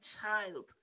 child